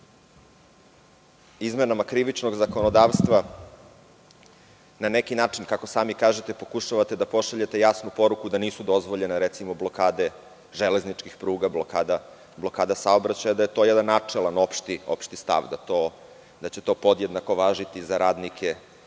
izmenama krivičnog zakonodavstva na neki način kako sami kažete pokušavate da pošaljete jasnu poruku da nisu dozvoljene recimo, blokade železničkih pruga, blokada saobraćaja da je to jedan načelan opšti stav, da to će podjednako važiti za radnike